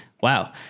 Wow